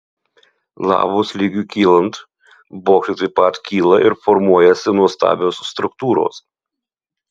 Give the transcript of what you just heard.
lavos lygiui kylant bokštai taip pat kyla ir formuojasi nuostabios struktūros